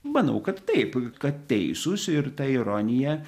manau kad taip kad teisūs ir ta ironija